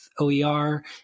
OER